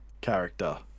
character